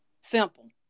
Simple